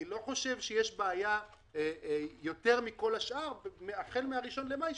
אני לא חושב שיש בעיה יותר מאשר לכל השאר החל מ-1 במאי,